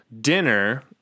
dinner